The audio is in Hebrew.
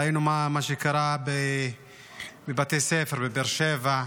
ראינו את מה שקרה בבתי ספר בבאר שבע,